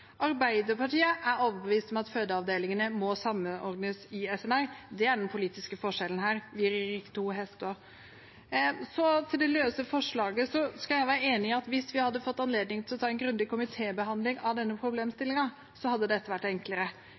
Arbeiderpartiet er overbevist om at fødeavdelingene må samordnes i SNR. Det er den politiske forskjellen her. De rir to hester. Når det gjelder det løse forslaget, skal jeg være enig i at hvis vi hadde fått anledning til å ta en grundig komitébehandling av denne problemstillingen, hadde dette vært enklere.